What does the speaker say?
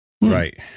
Right